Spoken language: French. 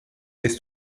est